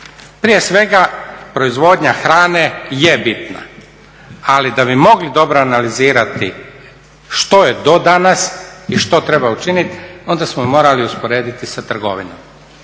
Prije svega, proizvodnja hrane je bitna, ali da bi mogli dobro analizirati što je … i što treba učiniti, onda smo morali usporediti sa trgovinom.